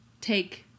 take